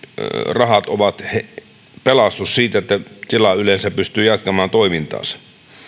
rahat ovat pelastus sille että tila yleensä pystyy jatkamaan toimintaansa